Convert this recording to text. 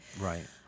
Right